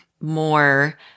more